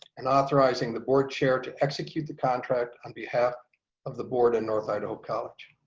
and authorizing the board chair to execute the contract on behalf of the board at north idaho college.